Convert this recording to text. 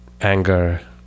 anger